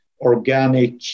organic